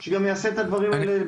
שהוא יעשה את הדברים האלה,